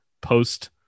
post